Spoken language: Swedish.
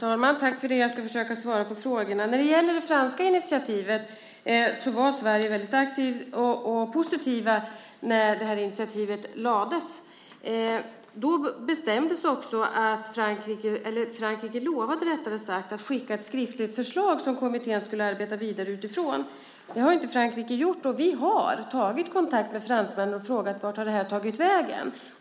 Herr talman! Jag ska försöka svara på frågorna. När det gäller det franska initiativet var Sverige väldigt aktivt och positivt när det lades fram. Frankrike lovade att skicka ett skriftligt förslag som kommittén skulle arbeta vidare utifrån. Det har inte Frankrike gjort, och vi har tagit kontakt med fransmännen och frågat vart det har tagit vägen.